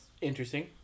interesting